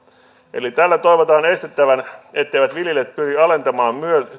eli tällä toivotaan estettävän etteivät viljelijät pyri alentamaan myel